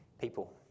people